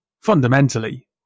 fundamentally